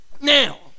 Now